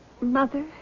Mother